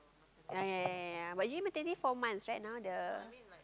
ah ya ya ya ya but actually maternity leave four months right now the